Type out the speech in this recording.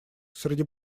среди